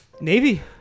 navy